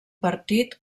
partit